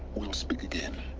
we'll speak again